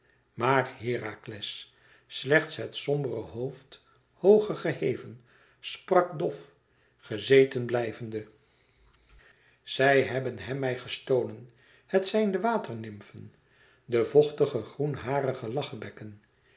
maar herakles slechts het sombere hoofd hooger geheven sprak dof gezeten blijvende zij hebben hem mij gestolen het zijn de waternymfen de vochtige groenharige lachebekken